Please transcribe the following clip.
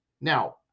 Now